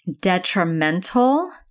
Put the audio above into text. detrimental